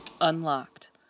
Unlocked